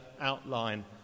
outline